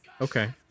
Okay